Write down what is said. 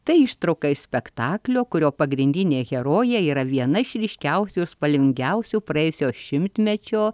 tai ištrauka iš spektaklio kurio pagrindinė herojė yra viena iš ryškiausių spalvingiausių praėjusio šimtmečio